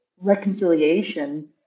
reconciliation